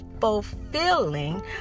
fulfilling